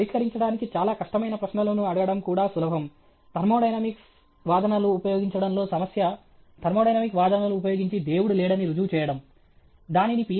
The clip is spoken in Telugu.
పరిష్కరించడానికి చాలా కష్టమైన ప్రశ్నలను అడగడం కూడా సులభం థర్మోడైనమిక్ వాదనలు ఉపయోగించడంలో సమస్య థర్మోడైనమిక్ వాదనలు ఉపయోగించి దేవుడు లేడని రుజువు చేయడం దానిని Ph